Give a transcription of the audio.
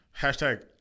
Hashtag